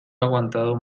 aguantado